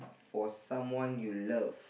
for someone you love